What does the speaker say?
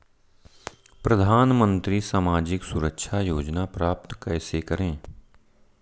प्रधानमंत्री सामाजिक सुरक्षा योजना प्राप्त कैसे करें?